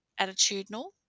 attitudinal